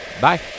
Bye